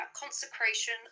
consecration